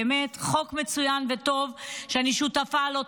באמת, זה חוק מצוין, וטוב שאני שותפה לו.